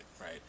right